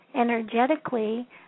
energetically